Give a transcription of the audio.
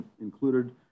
included